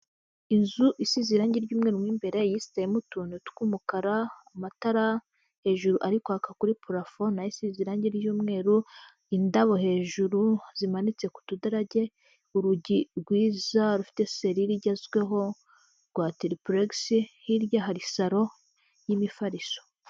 Inzu isize irangi ry'umweru imbere isizwemo utuntu tw'umukara amatara hejuru ari kwaka kuri parafo nasize irangi ry'umweru indabo hejuru, zimanitse ku tudarage urugi rwiza rufite selile igezweho rwa tiripurekisi hirya hari salo y'imifariso.